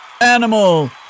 animal